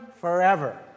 forever